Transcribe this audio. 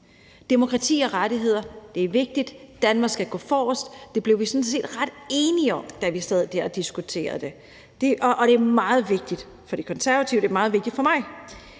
demokrati og rettigheder. Danmark skal gå forrest. Det blev vi sådan set ret enige om, da vi sad der og diskuterede det. Og det er meget vigtigt for De Konservative, det er meget